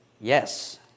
Yes